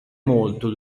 molto